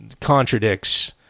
contradicts